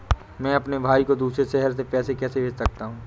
मैं अपने भाई को दूसरे शहर से पैसे कैसे भेज सकता हूँ?